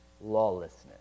lawlessness